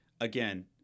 Again